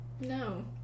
No